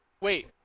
wait